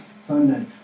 Sunday